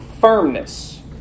firmness